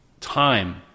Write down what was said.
time